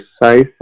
precise